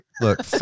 Look